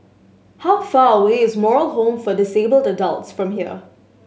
how far away is Moral Home for Disabled Adults from here